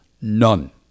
none